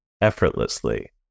effortlessly